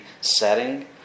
setting